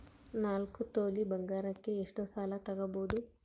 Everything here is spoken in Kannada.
ನಾಲ್ಕು ತೊಲಿ ಬಂಗಾರಕ್ಕೆ ಎಷ್ಟು ಸಾಲ ತಗಬೋದು?